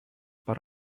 per